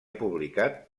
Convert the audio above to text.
publicat